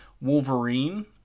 Wolverine